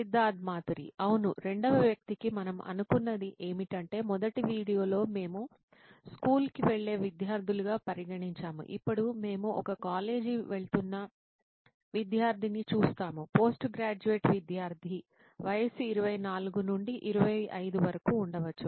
సిద్ధార్థ్ మాతురి అవును రెండవ వ్యక్తికి మనం అనుకున్నది ఏమిటంటే మొదటి వీడియోలో మేము స్కూలుకి వెళ్లే విద్యార్థులుగా పరిగణించాము ఇప్పుడు మేము ఒక కాలేజీకి వెళ్తున్న విద్యార్థిని చూస్తాము పోస్ట్ గ్రాడ్యుయేట్ విద్యార్థి వయస్సు 24 నుండి 25 వరకు ఉండవచ్చు